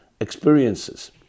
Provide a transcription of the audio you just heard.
experiences